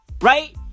right